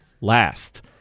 last